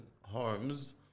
homes